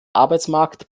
arbeitsmarkt